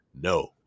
no